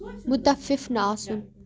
مُتفِف نہٕ آسُن